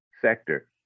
sector